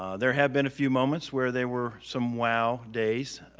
ah there have been a few moments where there were some wow days,